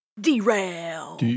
Derail